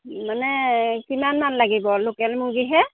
মানে কিমান মান লাগিব লোকেল মুৰ্গীহে